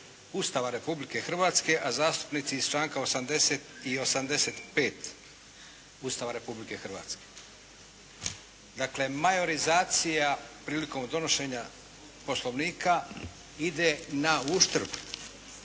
Ustava Republike Hrvatske, a zastupnici iz članka 80. i 85. Ustava Republike Hrvatske. Dakle, majorizacija prilikom donošenja Poslovnika ide na uštrb